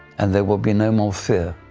and there will be no more fear,